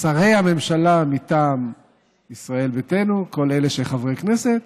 ששרי הממשלה מטעם ישראל ביתנו, כל אלה שחברי כנסת,